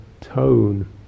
tone